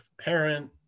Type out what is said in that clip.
parent